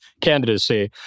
candidacy